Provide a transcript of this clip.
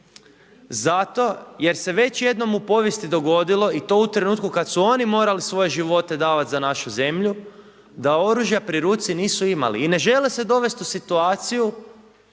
Zato jer se već jednom u povijesti dogodilo i to u trenutku kada su oni morali svoje živote davati za našu zemlju da oružja pri ruci nisu imali i ne žele se dovesti u situaciju